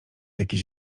jakiś